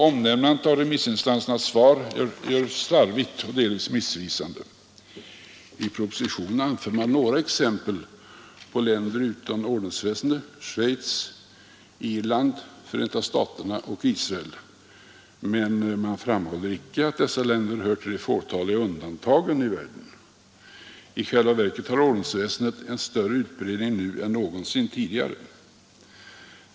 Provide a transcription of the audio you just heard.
Omnämnandet av remissinstansernas svar sker slarvigt och delvis missvisande. I propositionen anför man några exempel på länder utan ordensväsende: Schweiz, Irland, Förenta staterna och Israel. Men man framhåller icke att dessa länder tillhör de fåtaliga undantagen i världen. I själva verket har ordensväsendet en större utbredning nu än någonsin tidigare.